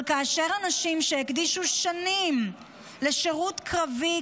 אבל כאשר אנשים שהקדישו שנים לשירות קרבי